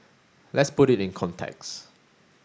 let's put it in context